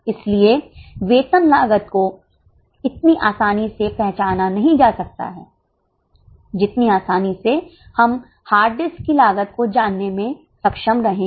इसलिए वेतन लागत को इतनी आसानी से पहचाना नहीं जा सकता हैं जितनी आसानी से हम हार्ड डिस्क की लागत को जानने में सक्षम रहे हैं